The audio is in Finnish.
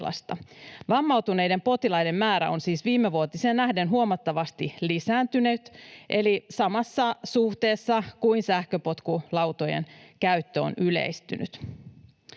Vammautuneiden potilaiden määrä on siis viimevuotiseen nähden huomattavasti lisääntynyt eli samassa suhteessa kuin sähköpotkulautojen käyttö on yleistynyt.